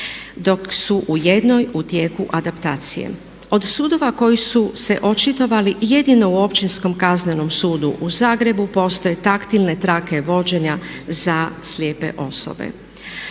dok su u jednoj u tijeku adaptacije. Od sudova koji su se očitovali jedino u Općinskom kaznenom sudu u Zagrebu postoje taktilne trake vođenja za slijepe osobe.